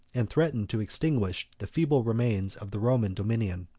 and threatened to extinguish the feeble remains of the roman dominion.